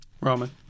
Roman